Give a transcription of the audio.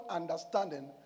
understanding